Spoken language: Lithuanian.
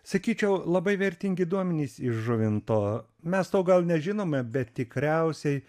sakyčiau labai vertingi duomenys iš žuvinto mes to gal nežinome bet tikriausiai